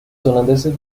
holandeses